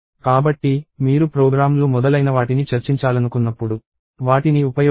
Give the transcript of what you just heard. కాబట్టి మీరు ప్రోగ్రామ్లు మొదలైనవాటిని చర్చించాలనుకున్నప్పుడు వాటిని ఉపయోగించండి